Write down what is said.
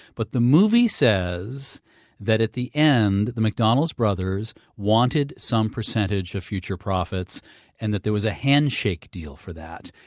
but the movie says that at the end, the mcdonald's brothers wanted some percentage of future profits and that there was a handshake deal for that.